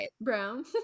brown